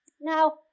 Now